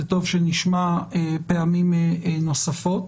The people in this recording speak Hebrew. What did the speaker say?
זה טוב שנשמע פעמים נוספות